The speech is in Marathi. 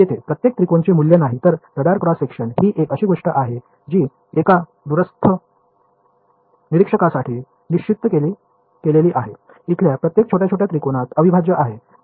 येथे प्रत्येक त्रिकोणाचे मूल्य नाही तर रडार क्रॉस सेक्शन ही एक अशी गोष्ट आहे जी एका दूरस्थ निरीक्षकासाठी निश्चित केलेली आहे इथल्या प्रत्येक छोट्या छोट्या त्रिकोणात अविभाज्य आहे